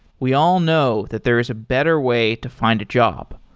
we all know that there is a better way to find a job.